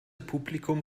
publikum